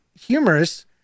humorous